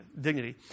dignity